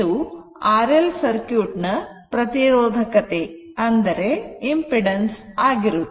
ಇದು R L circuit ನ ಪ್ರತಿರೋಧಕತೆ ಆಗಿರುತ್ತದೆ